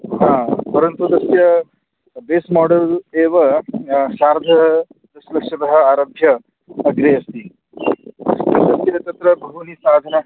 हा परन्तु तस्य बेस् मोडल् एव सार्धदशलक्षतः आरभ्य अग्रे अस्ति तत्र बहूनि साधनानि